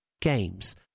Games